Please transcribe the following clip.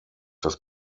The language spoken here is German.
das